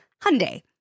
Hyundai